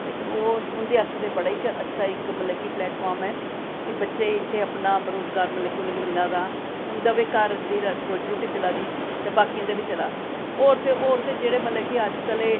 ते ओह् उंदे आस्तै इक्क बड़ा ई अच्छा इक्क मतलब की प्लेटफार्म ऐ की बच्चे इत्थें की मतलब की उनेंगी रोज़गार मिला दा ते उंदे बी घर दी रोज़ी रोटी चला दी ते बाकियें दा बी चला दा होर ते होर मतलब की जेह्ड़े अज्जकल एह्